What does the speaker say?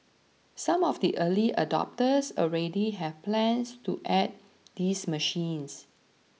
some of the early adopters already have plans to add these machines